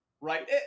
Right